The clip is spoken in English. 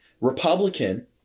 Republican